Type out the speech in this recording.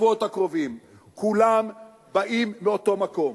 בשבועות הקרובים, כולם באים מאותו מקום,